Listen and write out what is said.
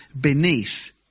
beneath